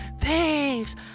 Thieves